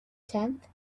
tenth